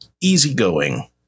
easygoing